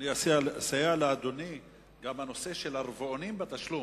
אסייע לאדוני, גם הנושא של הרבעונים בתשלום.